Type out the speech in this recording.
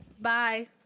Bye